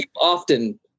often